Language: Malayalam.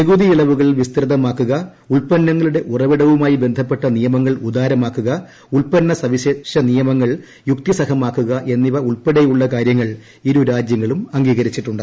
നികുതയിളവുകൾ വിസ്തൃതമാക്കുക ഉത്പ്പന്നങ്ങളുടെ ഉറവിടവുമായിബന്ധപ്പെട്ട നിയമങ്ങൾ ഉദാരമാക്കുക് ഉത്പന്ന സവിശേഷ നിയമങ്ങൾ യുക്തിസഹമാക്കുക എന്നിവ ഉൾപ്പെടെയുളള കാര്യങ്ങൾ ഇരു രാജ്യങ്ങളും അംഗീകരിച്ചിട്ടുണ്ട്